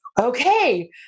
okay